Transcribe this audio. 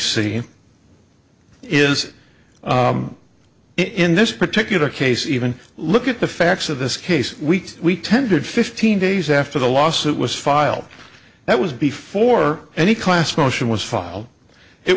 see is in this particular case even look at the facts of this case we tendered fifteen days after the lawsuit was filed that was before any class motion was filed it